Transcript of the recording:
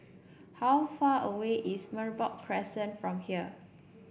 how far away is Merbok Crescent from here